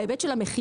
בהיבט של המחירים,